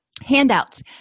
Handouts